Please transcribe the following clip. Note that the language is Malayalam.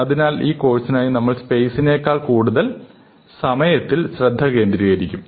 അതിനാൽ ഈ കോഴ്സിനായി നമുക്ക് സ്പേസിനേക്കാൾ കൂടുതൽ സമയത്തിൽ ശ്രദ്ധകേന്ദ്രീകരിക്കും